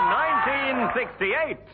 1968